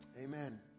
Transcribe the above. Amen